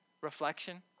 reflection